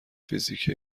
فیزیک